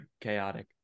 chaotic